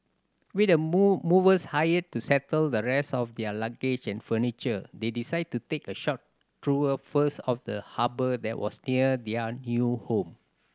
with the movers hired to settle the rest of their luggage and furniture they decided to take a short tour first of the harbour that was near their new home